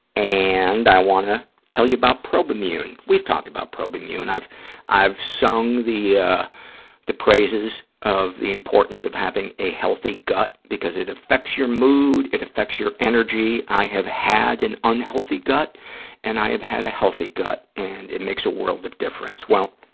and i want to tell you about probimune. we've talked about probimune. i've i've sung the ah the praises of the importance of having a healthy gut, because it affects your mood, it affects your energy. i have had an unhealthy gut and i have had a healthy gut, and it makes a world of difference. well,